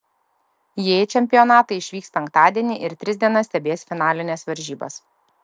jie į čempionatą išvyks penktadienį ir tris dienas stebės finalines varžybas